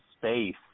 Space